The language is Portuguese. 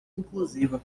inclusiva